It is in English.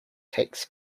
takes